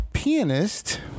Pianist